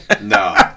No